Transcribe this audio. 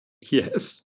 Yes